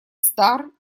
стар